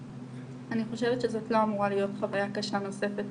אני חושבת שזאת לא אמורה להיות חוויה קשה נוספת,